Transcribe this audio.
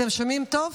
אתם שומעים טוב?